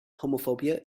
homophobia